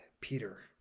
Peter